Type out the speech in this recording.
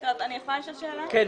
בבקשה.